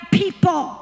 people